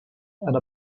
and